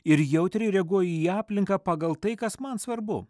ir jautriai reaguoju į aplinką pagal tai kas man svarbu